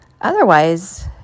otherwise